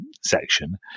section